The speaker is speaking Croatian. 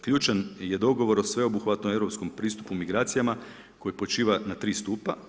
Ključan je dogovor o sveobuhvatnom europskom pristupu migracijama koji počiva na 3 stupa.